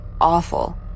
awful